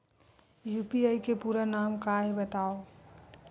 UPI के पूरा नाम का हे बतावव?